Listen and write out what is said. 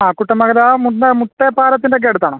ആ കുട്ടമംഗലം മുട്ട മുട്ടപ്പാലത്തിൻറ്റൊക്കെ അടുത്താണോ